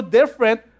different